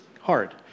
hard